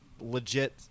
legit